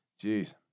Jeez